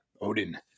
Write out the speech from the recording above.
Odin